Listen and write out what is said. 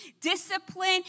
Discipline